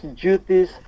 duties